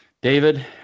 David